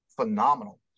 phenomenal